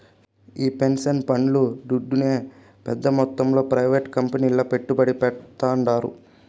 ఈ పెన్సన్ పండ్లు దుడ్డునే పెద్ద మొత్తంలో ప్రైవేట్ కంపెనీల్ల పెట్టుబడి పెడ్తాండారు